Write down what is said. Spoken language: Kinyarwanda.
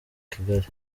kigali